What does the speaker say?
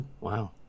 Wow